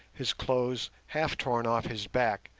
his clothes half torn off his back,